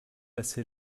passé